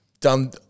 done